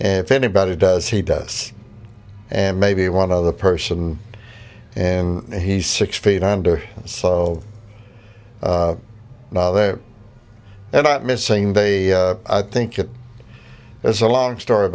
and if anybody does he does and maybe one other person and he's six feet under so now that they're not missing they i think it as a long story